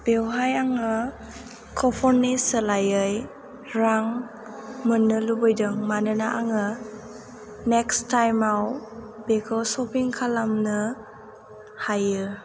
बेवहाय आङो कुपननि सोलायै रां मोननो लुबैदों मानोना आङो नेक्स्त टाइमाव बेखौ शपिं खालामनो हायो